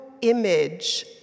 image